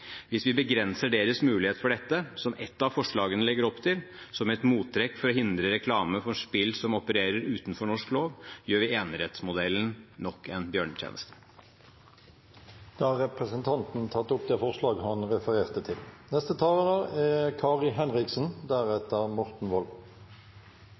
Hvis vi begrenser deres mulighet til dette – som ett av forslagene legger opp til – som et mottrekk for å hindre reklame for spill som opererer utenfor norsk lov, gjør vi enerettsmodellen nok en bjørnetjeneste. Representanten Tage Pettersen har tatt opp det forslaget han refererte til.